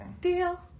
deal